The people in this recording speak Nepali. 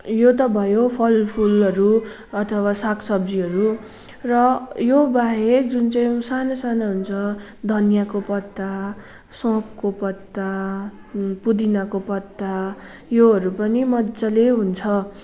यो त भयो फलफुलहरू अथवा साग सब्जीहरू र यो बाहेक जुन चाहिँ साना साना हुन्छ धनियाँको पत्ता सौँफको पत्ता पुदिनाको पत्ता योहरू पनि मजाले हुन्छ